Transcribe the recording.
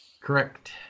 Correct